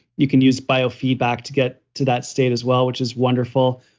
you can use biofeedback to get to that state as well, which is wonderful.